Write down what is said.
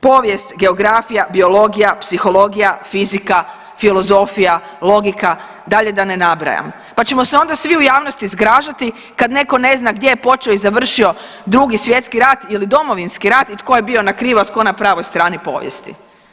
Povijest, geografija, biologija, psihologija, fizika, filozofija, logika dalje da ne nabrajam pa ćemo se onda svi u javnosti zgražati kad neko ne zna gdje je počeo i završio II. svjetski rat ili Domovinski rat i tko je bio na krivoj, a tko na pravoj strani povijesti.